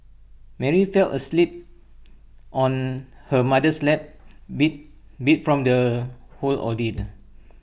Mary fell asleep on her mother's lap be beat from the whole ordeal